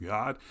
God